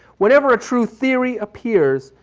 whenever a true theory appears,